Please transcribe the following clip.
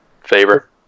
favor